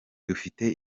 dufite